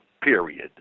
Period